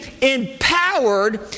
empowered